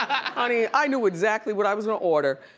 i i knew exactly what i was gonna order.